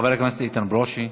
חבר הכנסת איתן ברושי.